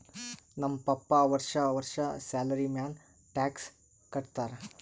ನಮ್ ಪಪ್ಪಾ ವರ್ಷಾ ವರ್ಷಾ ಸ್ಯಾಲರಿ ಮ್ಯಾಲ ಟ್ಯಾಕ್ಸ್ ಕಟ್ಟತ್ತಾರ